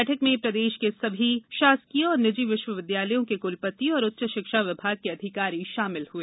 बैठक में प्रदेश के समस्त शासकीय एवं निजी विश्वविद्यालयों के कुलपति एवं उच्च शिक्षा विभाग के अधिकारी शामिल हुए